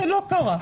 זה לא קרה.